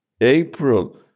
April